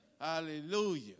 Hallelujah